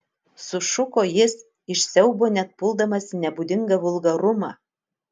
sušuko jis iš siaubo net puldamas į nebūdingą vulgarumą